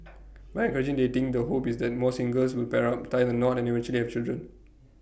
by encouraging dating the hope is that more singles will pair up tie the knot and eventually have children